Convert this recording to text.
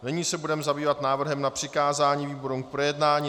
Nyní se budeme zabývat návrhem na přikázání výborům k projednání.